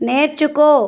నేర్చుకో